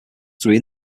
through